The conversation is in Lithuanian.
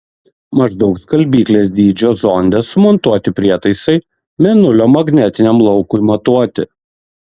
maždaug skalbyklės dydžio zonde sumontuoti prietaisai mėnulio magnetiniam laukui matuoti